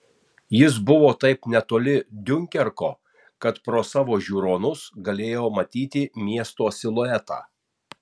jis buvo taip netoli diunkerko kad pro savo žiūronus galėjo matyti miesto siluetą